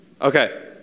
Okay